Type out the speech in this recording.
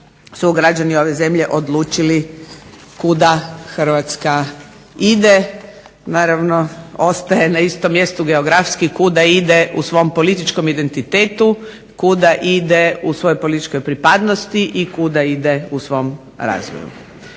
su građani ove zemlje odlučili kuda Hrvatska ide, naravno ostaje na istom mjestu geografski, kuda ide u svom političkom identitetu, kuda ide u svojoj političkoj pripadnosti i kuda ide u svom razvoju.